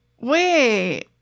Wait